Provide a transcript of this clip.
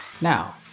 Now